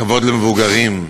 כבוד למבוגרים,